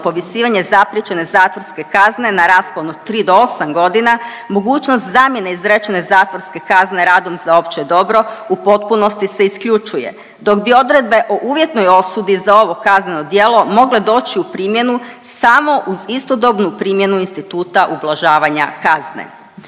povisivanje zapriječene zatvorske kazne na raspon od 3 do 8 godina, mogućnost zamjene izrečene zatvorske kazne radom za opće dobro, u potpunosti se isključuje, dok bi odredbe o uvjetnoj osudi za ovo kazneno djelo mogle doći u primjenu samo uz istodobnu primjenu instituta ublažavanje kazne.